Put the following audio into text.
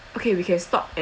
okay we can stop